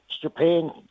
Japan